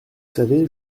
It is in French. savez